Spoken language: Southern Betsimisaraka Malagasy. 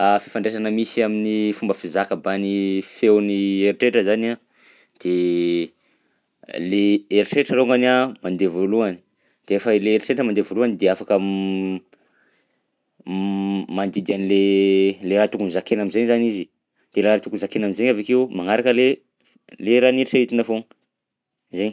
Fifandraisana misy amin'ny fomba fizaka mban'ny feon'ny eritreritra zany a de le eritreritra alongany a mandeha voalohany de efa le eritreritra mandeha voalohany de afaka m- m- mandidy an'le le raha tokony ho zakaina am'zay izy de raha tokony zakaina am'zainy avy akeo magnaraka le le raha nieritreretina foagna, zay.